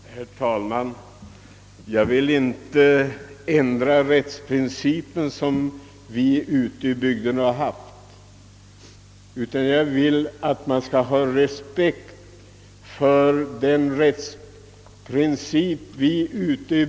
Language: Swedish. Herr talman! Jag vill inte ändra på den rättsprincip som man ute i bygderna sedan urminnes tider har tillämpat, utan jag vill att den skall respekteras.